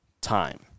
time